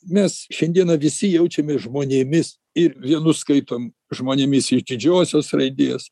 mes šiandieną visi jaučiamės žmonėmis ir vienus skaitom žmonėmis iš didžiosios raidės